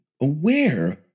aware